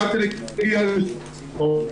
הגעתי לגיל 62,